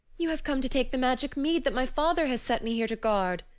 you have come to take the magic mead that my father has set me here to guard,